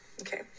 okay